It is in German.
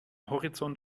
horizont